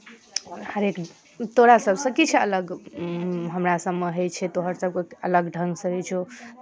हरेक तोरा सभसँ किछु अलग हमरासभमे होइ छै तोहरसभके अलग ढङ्गसँ होइ छौ